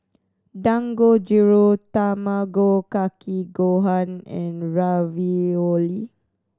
Dangojiru Tamago Kake Gohan and Ravioli